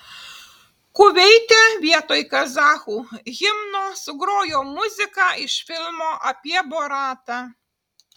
kuveite vietoj kazachų himno sugrojo muziką iš filmo apie boratą